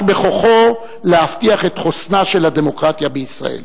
רק בכוחו להבטיח את חוסנה של הדמוקרטיה בישראל.